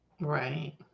Right